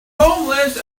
homeless